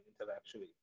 intellectually